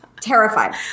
Terrified